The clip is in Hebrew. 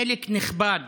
חלק נכבד